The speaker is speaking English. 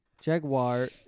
Jaguar